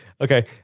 Okay